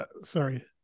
sorry